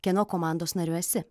kieno komandos nariu esi